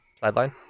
sideline